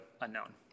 unknown